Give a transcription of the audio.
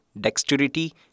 dexterity